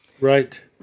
Right